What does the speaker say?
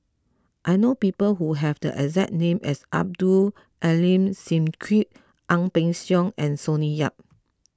I know people who have the exact name as Abdul Aleem Siddique Ang Peng Siong and Sonny Yap